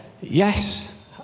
Yes